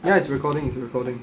ya it's recording it's recording